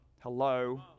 Hello